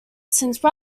since